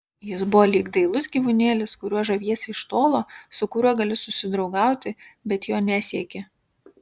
jis buvo lyg dailus gyvūnėlis kuriuo žaviesi iš tolo su kuriuo gali susidraugauti bet jo nesieki